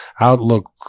outlook